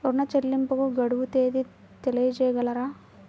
ఋణ చెల్లింపుకు గడువు తేదీ తెలియచేయగలరా?